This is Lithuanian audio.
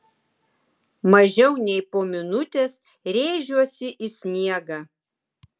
mažiau nei po minutės rėžiuosi į sniegą